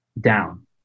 down